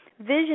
vision